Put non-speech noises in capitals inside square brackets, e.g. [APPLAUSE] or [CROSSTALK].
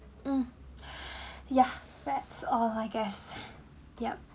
mm [BREATH] ya that's all I guess ya